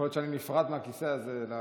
רגע, יכול להיות שאני נפרד מהכיסא הזה לקדנציה,